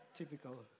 Typical